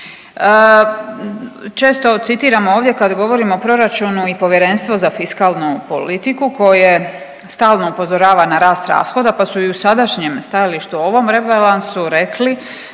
Često citiramo ovdje kad govorimo o proračunu i Povjerenstvo za fiskalnu politiku koje stalno upozorava na rast rashoda, pa su i u sadašnjem stajalištu ovom rebalansu rekli